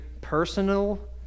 personal